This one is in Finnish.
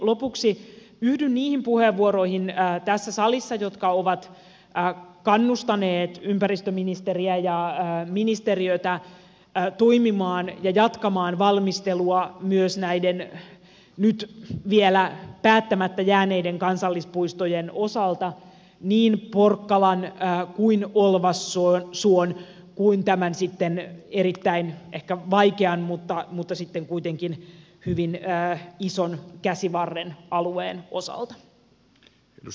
lopuksi yhdyn niihin puheenvuoroihin tässä salissa jotka ovat kannustaneet ympäristöministeriä ja ministeriötä toimimaan ja jatkamaan valmistelua myös näiden nyt vielä päättämättä jääneiden kansallispuistojen osalta niin porkkalan kuin olvassuon kuin tämän sitten erittäin ehkä vaikean mutta sitten kuitenkin hyvin ison käsivarren alueen osalta